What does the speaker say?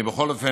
אני, בכל אופן,